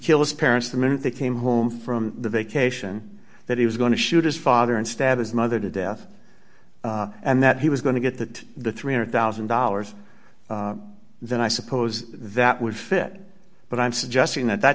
kill his parents the minute they came home from the vacation that he was going to shoot his father and stabbed his mother to death and that he was going to get that the three hundred thousand dollars then i suppose that would fit but i'm suggesting that that